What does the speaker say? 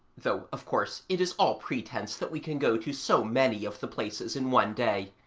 though of course, it is all pretence that we can go to so many of the places in one day.